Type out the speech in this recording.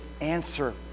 answer